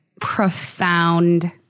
profound